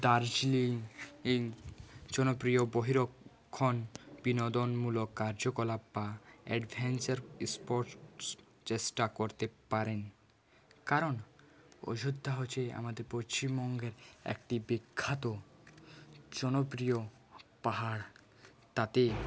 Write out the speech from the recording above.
দার্জিলিং জনপ্রিয় বহিরক্ষণ বিনোদনমূলক কার্যকলাপ এডভেঞ্চার স্পোর্টস চেষ্টা করতে পারেন কারণ অযোধ্যা হচ্ছে আমাদের পশ্চিমবঙ্গের একটি বিখ্যাত জনপ্রিয় পাহাড় তাতে